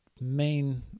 main